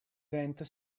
vento